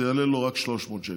זה יעלה לו רק 300 שקל.